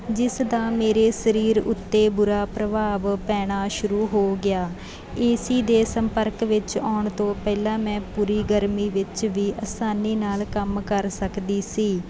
ਜਿਸ ਦਾ ਮੇਰੇ ਸਰੀਰ ਉੱਤੇ ਬੁਰਾ ਪ੍ਰਭਾਵ ਪੈਣਾ ਸ਼ੁਰੂ ਹੋ ਗਿਆ ਏ ਸੀ ਦੇ ਸੰਪਰਕ ਵਿੱਚ ਆਉਣ ਤੋਂ ਪਹਿਲਾਂ ਮੈਂ ਪੂਰੀ ਗਰਮੀ ਵਿੱਚ ਵੀ ਅਸਾਨੀ ਨਾਲ ਕੰਮ ਕਰ ਸਕਦੀ ਸੀ